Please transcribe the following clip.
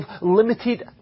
limited